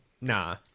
nah